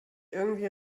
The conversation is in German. irgendwie